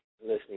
listening